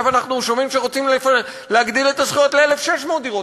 עכשיו אנחנו שומעים שרוצים להגדיל את הזכויות ל-1,600 דירות.